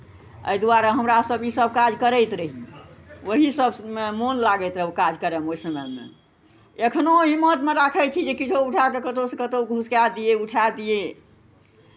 एहि दुआरे हमरा सभ इसभ काज करैत रही ओही सभमे मोन लागैत रहै ओ काज करयमे ओहि समयमे एखनहु हिम्मतमे राखै छी किछो उठा कऽ कतहुसँ कतहु घुसका दियै उठा दियै